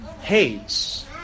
hates